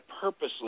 purposely –